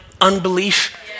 unbelief